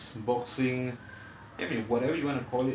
you know business chess boxing